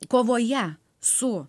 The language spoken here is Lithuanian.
kovoje su